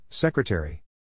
Secretary